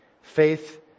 Faith